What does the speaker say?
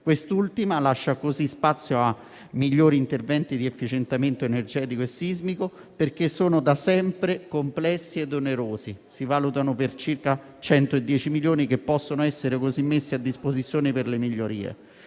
Quest'ultima lascia così spazio a migliori interventi di efficientamento energetico e sismico, perché sono da sempre complessi e onerosi: si valutano in circa 110 milioni, che possono così essere messi a disposizione per le migliorie.